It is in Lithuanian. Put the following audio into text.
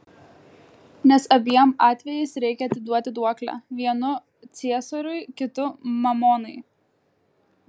nes abiem atvejais reikia atiduoti duoklę vienu ciesoriui kitu mamonai